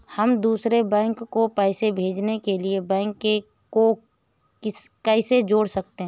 हम दूसरे बैंक को पैसे भेजने के लिए बैंक को कैसे जोड़ सकते हैं?